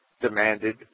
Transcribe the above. demanded